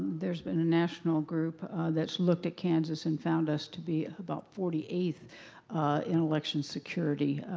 there's been a national group that's looked at kansas and found us to be about forty eighth in election security,